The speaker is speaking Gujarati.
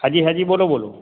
હાં જી હાં જી બોલો બોલો